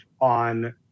on